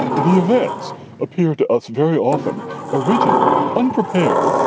the events appear to us very often original, unprepared,